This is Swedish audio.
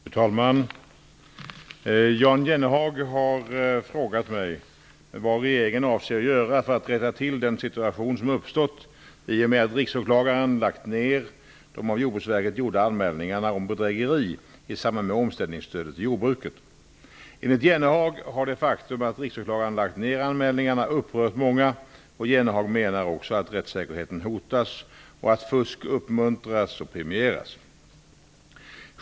Fru talman! Jan Jennehag har frågat mig vad regeringen avser göra för att rätta till den situation som uppstått i och med att Riksåklagaren lagt ned de av Jordbruksverket gjorda anmälningarna om bedrägeri i samband med omställningsstödet till jordbruket. Enligt Jennehag har det faktum att Riksåklagaren lagt ned anmälningarna upprört många. Jennehag menar också att rättssäkerheten hotas och att fusk uppmuntras och premieras.